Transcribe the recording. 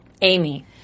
Amy